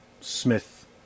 Smith